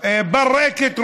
ברקת,